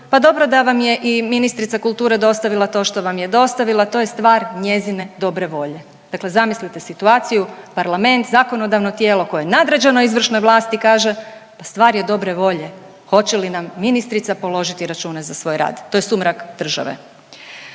pa dobro da vam je i ministrica kulture dostavila to što vam je dostavila. To je stvar njezine dobre volje. Dakle, zamislite situaciju parlament, zakonodavno tijelo koje je nadređeno izvršnoj vlasti kaže pa stvar je dobre volje hoće li nam ministrica položiti račune za svoj rad. To je sumrak države.